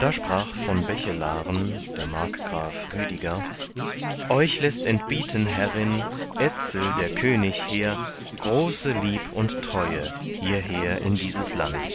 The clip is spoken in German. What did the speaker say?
da sprach von bechelaren der markgraf rüdiger euch läßt entbieten herrin etzel der könig hehr große lieb und treue hierher in dieses land